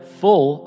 full